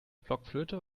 blockflöte